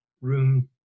room